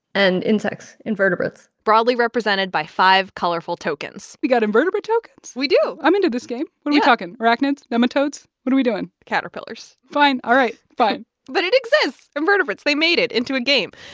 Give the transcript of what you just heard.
and insects invertebrates broadly represented by five colorful tokens we got invertebrate tokens? we do i'm into this game. what are we talking? arachnids? nematodes? what are we doing? caterpillars fine. all right. fine but it exists. invertebrates. they made it into a game.